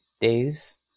days